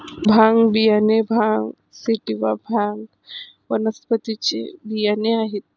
भांग बियाणे भांग सॅटिवा, भांग वनस्पतीचे बियाणे आहेत